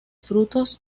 frutos